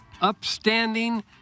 Upstanding